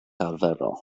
arferol